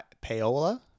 Paola